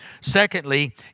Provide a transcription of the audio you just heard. Secondly